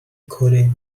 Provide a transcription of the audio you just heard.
کره